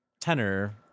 Tenor